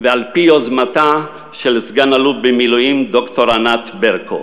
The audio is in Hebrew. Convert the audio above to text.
ועל-פי יוזמתה של סגן-אלוף במילואים ד"ר ענת ברקו.